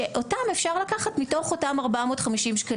שאותם אפשר לקחת מתוך אותם 450 ש"ח,